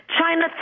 China